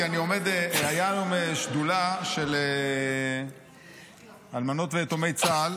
כי הייתה היום שדולה של אלמנות ויתומי צה"ל,